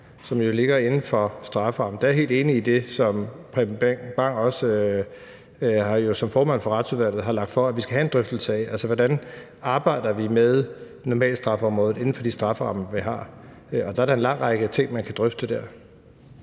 som jo ligger inden for strafferammen, er jeg helt enig i det, som Preben Bang Henriksen som formand for Retsudvalget også har lagt frem at vi skal have en drøftelse af. Altså, hvordan arbejder vi med normalstrafområdet inden for de strafferammer, vi har? Der er der en lang række ting, man kan drøfte.